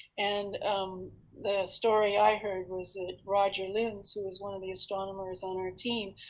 and um the story i heard was that roger lynds, who was one of the astronomers on our team,